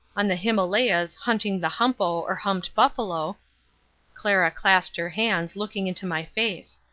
on the himalayas hunting the humpo or humped buffalo clara clasped her hands, looking into my face.